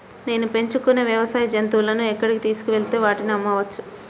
నేను పెంచుకొనే వ్యవసాయ జంతువులను ఎక్కడికి తీసుకొనివెళ్ళి వాటిని అమ్మవచ్చు?